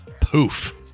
poof